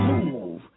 Move